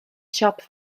siop